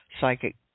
psychic